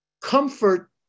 Comfort